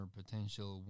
potential